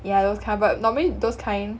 yeah those kind but normally those kind